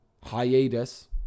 hiatus